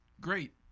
great